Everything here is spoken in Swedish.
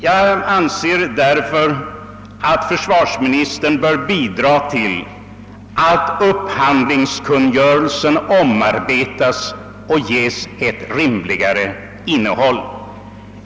Jag anser att försvarsministern bör bidra till att upphandlingskungörelsen omarbetas och gives ett rimligare innehåll.